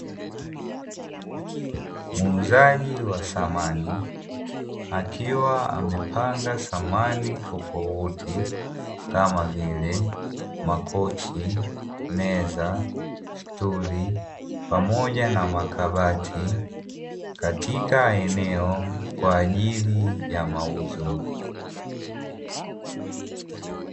Muuzaji wa samani akiwa amepanga samani tofauti kama vile: makochi, meza, stuli pamoja na makabati; katika eneo kwa ajili ya mauzo.